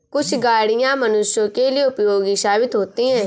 कुछ गाड़ियां मनुष्यों के लिए उपयोगी साबित होती हैं